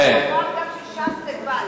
הכוח גם של ש"ס לבד.